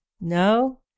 no